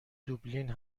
دوبلین